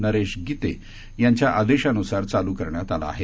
नरेश गिते यांच्या आदेशानुसार चालू करण्यात आला आहे